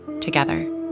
together